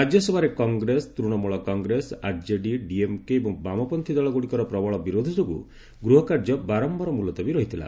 ରାଜ୍ୟସଭାରେ କଂଗ୍ରେସ ତୃଣମୂଳ କଂଗ୍ରେସ ଆରଜେଡି ଡିଏମ୍କେ ଏବଂ ବାମପନ୍ଥୀ ଦଳଗୁଡିକର ପ୍ରବଳ ବିରୋଧ ଯୋଗୁଁ ଗୃହକାର୍ଯ୍ୟ ବାରମ୍ଘାର ମୁଲତବୀ ରହିଥିଲା